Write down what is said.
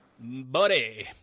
buddy